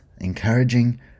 Encouraging